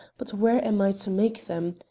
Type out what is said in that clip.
but where am i to make them?